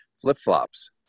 flip-flops